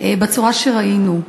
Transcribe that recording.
בצורה שראינו.